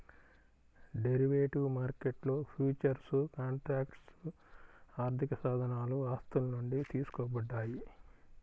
derivative మార్కెట్లో futures కాంట్రాక్ట్లు ఆర్థికసాధనాలు ఆస్తుల నుండి తీసుకోబడ్డాయి